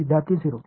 विद्यार्थीः 0